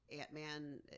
*Ant-Man